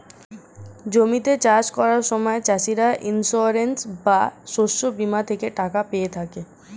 জমিতে চাষ করার সময় চাষিরা ইন্সিওরেন্স বা শস্য বীমা থেকে টাকা পেয়ে থাকে